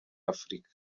afurika